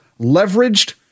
leveraged